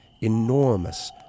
Enormous